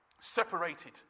separated